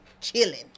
chilling